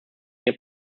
near